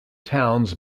towns